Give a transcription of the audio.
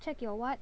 check your what